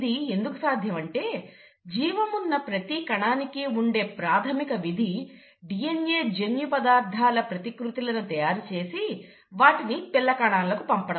ఇది ఎందుకు సాధ్యం అంటే జీవమున్న ప్రతి కణానికి ఉండే ప్రాథమిక విధి DNA జన్యుపదార్థాల ప్రతికృతులను తయారుచేసి వాటిని పిల్ల కణాలకు పంపడం